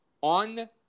on